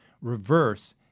reverse